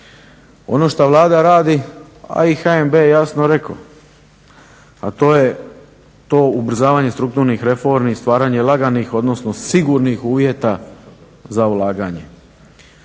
Ono što Vlada radi a i BMH jasno rekao a to je ubrzavanje strukturnih reformi, stvaranje laganih odnosno sigurnih uvjeta za ulaganje.